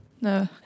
no